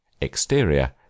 exterior